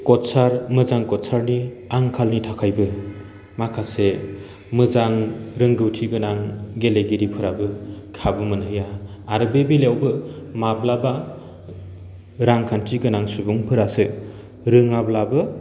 coacher मोजां खसार नि आखालनि थाखायबो माखासे मोजां रोंगौथि गोनां गेलिगिरिफोराबो खाबु मोनहैया आरो बे बेलायावबो माब्लाबा रांखान्थि गोनां सुबुंफोरासो रोङाब्लाबो